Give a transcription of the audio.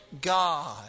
God